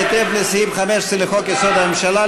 בהתאם לסעיף 15 לחוק-יסוד: הממשלה,